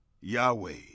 Yahweh